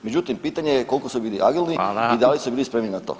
Međutim, pitanje je koliko su bili agilni i da li su bili spremni na to.